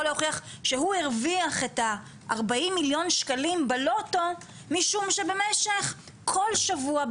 להוכיח שהוא הרוויח את ה-40 מיליון שקלים בלוטו משום שבמשך כל שבוע,